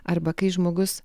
arba kai žmogus